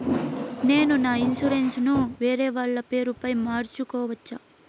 నేను నా ఇన్సూరెన్సు ను వేరేవాళ్ల పేరుపై మార్సుకోవచ్చా?